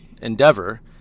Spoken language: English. endeavor